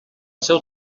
seu